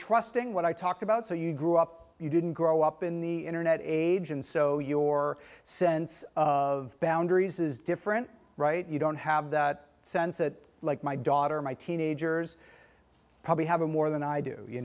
trusting what i talked about so you grew up you didn't grow up in the internet age and so your sense of boundaries is different right you don't have the sense that like my daughter my teenagers probably have a more than i do you